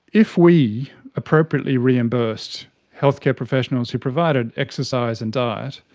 if we appropriately reimbursed healthcare professionals who provided exercise and diet,